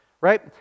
right